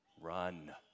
run